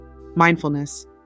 Mindfulness